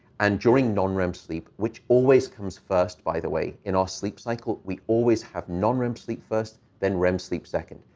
and during non-rem sleep, which always comes first, by the way, in our sleep cycle. we always have non-rem sleep first, then rem sleep second,